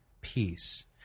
peace